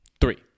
three